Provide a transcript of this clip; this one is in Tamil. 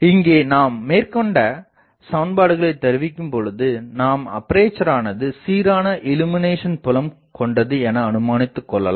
இங்கே நாம் மேற்கண்ட சமன்பாடுகளைத் தருவிக்கும் பொழுது நாம் அப்பேசரானது சீரான இல்லுமினேஷன் புலம் கொண்டது என அனுமானித்துக் கொள்ளலாம்